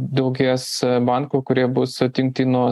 daugės bankų kurie bus atjungti nuo